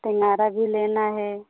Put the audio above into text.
टेन्गारा भी लेना है